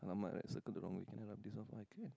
!alamak! I circled the wrong thing can I rub this off I can